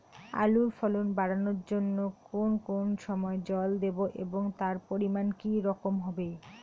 আলুর ফলন বাড়ানোর জন্য কোন কোন সময় জল দেব এবং তার পরিমান কি রকম হবে?